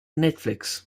netflix